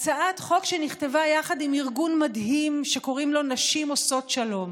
הצעת חוק שנכתבה יחד עם ארגון מדהים שקוראים לו "נשים עושות שלום".